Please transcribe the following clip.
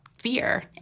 Fear